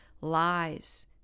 lies